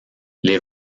les